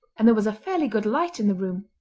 and there was a fairly good light in the room.